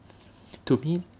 to me